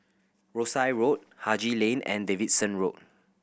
Rosyth Road Haji Lane and Davidson Road